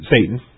Satan